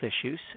issues